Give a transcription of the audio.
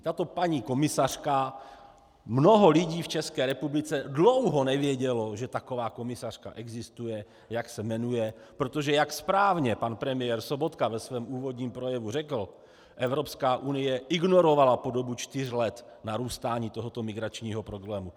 Tato paní komisařka mnoho lidí v České republice dlouho nevědělo, že taková komisařka existuje, jak se jmenuje, protože jak správně pan premiér Sobotka ve svém úvodním projevu řekl, Evropská unie ignorovala po dobu čtyř let narůstání tohoto migračního problému.